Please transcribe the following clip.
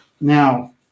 Now